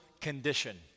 condition